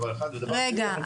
רגע.